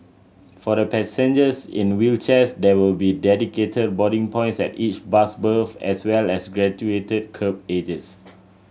for the passengers in wheelchairs there will be dedicated boarding points at each bus berth as well as graduated kerb edges